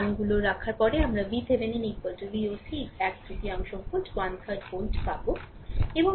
এই মানগুলি রাখার পরে আমরা VThevenin VOC এই তৃতীয়াংশ ভোল্ট 13 ভোল্ট পাব